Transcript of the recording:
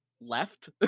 left